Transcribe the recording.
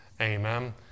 Amen